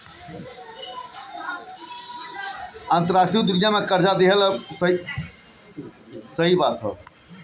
अंतर्राष्ट्रीय वित्त दुनिया भर के देस के कर्जा देहला के काम करेला